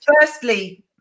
Firstly